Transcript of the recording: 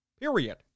Period